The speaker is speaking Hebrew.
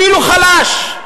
אפילו חלש,